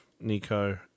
Nico